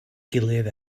gilydd